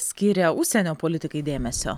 skiria užsienio politikai dėmesio